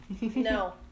No